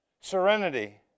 Serenity